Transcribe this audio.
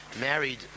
married